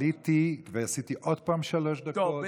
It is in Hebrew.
עליתי ועשיתי עוד פעם שלוש דקות,